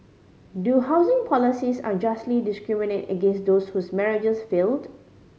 do housing policies unjustly discriminate against those whose marriages failed